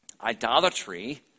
Idolatry